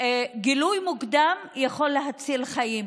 גילוי מוקדם יכול להציל חיים.